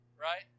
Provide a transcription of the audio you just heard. right